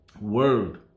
world